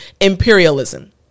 imperialism